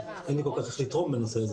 אז אין לי כל כך איך לתרום בנושא הזה.